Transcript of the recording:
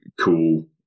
cool